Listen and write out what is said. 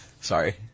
Sorry